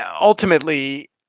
ultimately